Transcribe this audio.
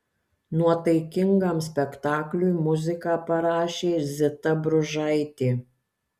nuotaikingam spektakliui muziką parašė zita bružaitė